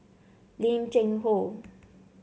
Lim Cheng Hoe